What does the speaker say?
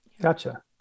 Gotcha